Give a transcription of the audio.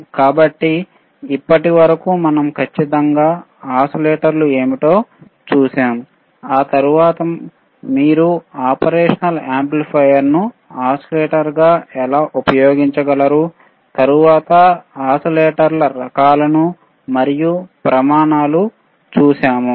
కాబట్టి ఇప్పటి వరకు మనం ఖచ్చితంగా ఓసిలేటర్లు ఏమిటో చూశాము ఆ తరువాత మీరు ఆపరేషనల్ యాంప్లిఫైయర్ను ఓసిలేటర్గా ఎలా ఉపయోగించగలరు తరువాత ఓసిలేటర్ల రకాలను మరియు ప్రమాణాలు చూశాము